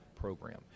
program